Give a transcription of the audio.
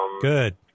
Good